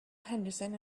henderson